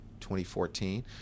2014